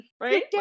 Right